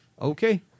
Okay